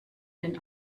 den